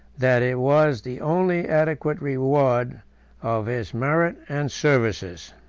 that it was the only adequate reward of his merit and services.